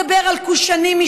אתם תעלו לכאן: כובשים.